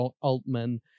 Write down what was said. Altman